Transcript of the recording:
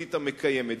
הסביבתית המקיימת.